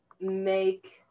make